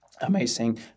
amazing